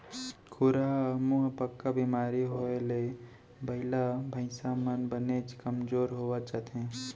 खुरहा मुहंपका बेमारी होए ले बइला भईंसा मन बनेच कमजोर होवत जाथें